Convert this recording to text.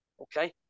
Okay